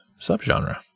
subgenre